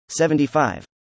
75